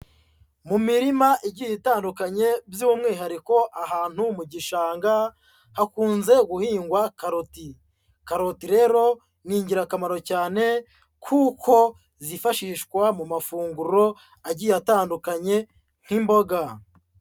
Mu mirima igiye itandukanye by'umwihariko ahantu mu gishanga, hakunze guhingwa karoti. Karoti rero, ni ingirakamaro cyane kuko zifashishwa mu mafunguro agiye atandukanye nk'imboga.